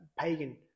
pagan